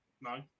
No